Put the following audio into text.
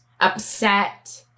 Upset